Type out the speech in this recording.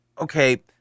okay